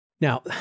Now